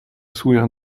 sourire